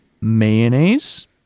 mayonnaise